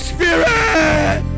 Spirit